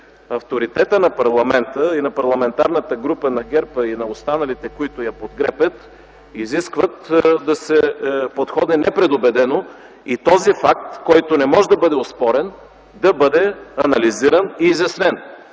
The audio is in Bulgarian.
Авторитетът на парламента и на Парламентарната група на ГЕРБ, а и на останалите, които я подкрепят, изискват да се подходи непредубедено. И този факт, който не може да бъде оспорен, да бъде анализиран и изяснен.